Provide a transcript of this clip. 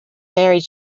married